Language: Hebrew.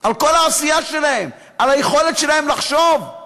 על כל העשייה שלהם, על היכולת שלהם לחשוב.